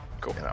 cool